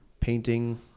painting